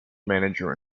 manager